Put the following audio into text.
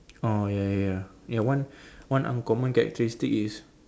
oh ya ya ya ya one one uncommon characteristic is